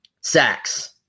Sacks